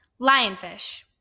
Lionfish